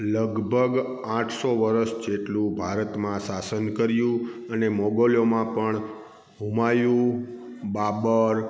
લગભગ આઠસો વર્ષ જેટલું ભારતમાં શાસન કર્યું અને મોગલોમાં પણ હુમાયુ બાબર